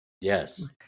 Yes